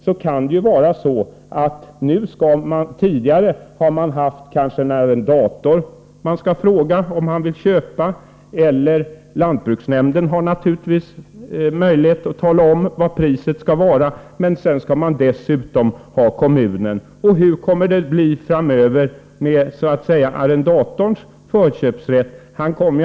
Tidigare har man kanske haft en arrendator som man skulle fråga om han vill köpa, och lantbruksnämnden har naturligtvis möjlighet att tala om vad priset skall vara, men nu skall man dessutom ha kommunen. Hur kommer det att bli med arrendatorns förköpsrätt framöver?